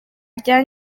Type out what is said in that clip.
rya